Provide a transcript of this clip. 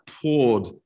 poured